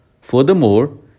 Furthermore